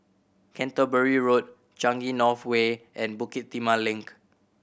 Canterbury Road Changi North Way and Bukit Timah Link